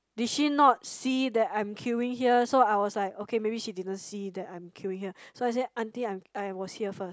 did she not see that I'm queueing here so I was like okay maybe she didn't see that I'm queueing here so I say aunty I'm I was here first